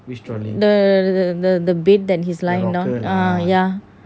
the the bed than he's lying down ah ya